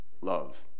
love